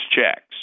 checks